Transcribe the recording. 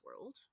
world